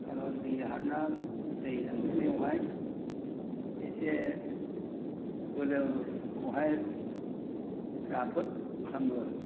कारन जोंनि हार्टआ दै सानस्रिनायावहाय एसे बोलोखौहाय राफोद खालामो